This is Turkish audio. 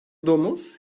domuz